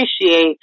appreciate